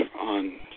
on